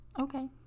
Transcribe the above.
Okay